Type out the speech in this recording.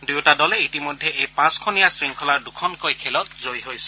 দুয়োটা দলে ইতিমধ্যে এই পাঁচখনীয়া শৃংখলাৰ দুখনকৈ খেলত জয়ী হৈছে